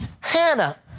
Hannah